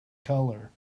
color